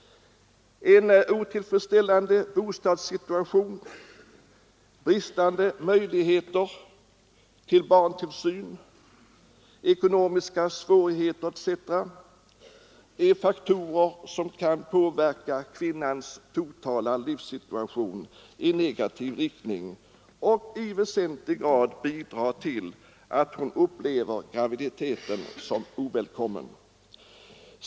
En otillfredsställande bostadssituation, bristande möjligheter till barntillsyn, ekonomiska svårigheter osv. är faktorer som kan påverka kvinnans totala livssituation i negativ riktning och i väsentlig grad bidra till att hon upplever graviditeten som ovälkommen.